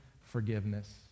forgiveness